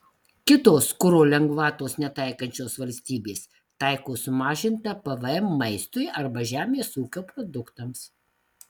kitos kuro lengvatos netaikančios valstybės taiko sumažintą pvm maistui arba žemės ūkio produktams